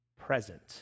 present